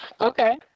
okay